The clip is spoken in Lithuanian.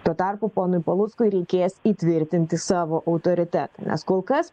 tuo tarpu ponui paluckui reikės įtvirtinti savo autoritetą nes kol kas